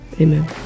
amen